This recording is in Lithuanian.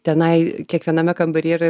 tenai kiekviename kambaryje